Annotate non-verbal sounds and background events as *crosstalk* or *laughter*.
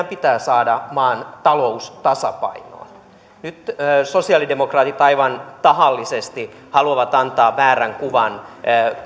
*unintelligible* pitää saada maan talous tasapainoon nyt sosialidemokraatit aivan tahallisesti haluavat antaa väärän kuvan